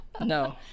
No